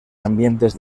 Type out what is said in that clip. ambientes